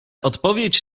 odpowiedź